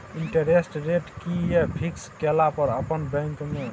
Interest rate कि ये fix केला पर अपन बैंक में?